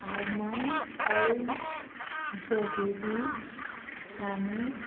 Ayman Al Jawidi हाणें